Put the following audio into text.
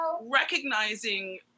recognizing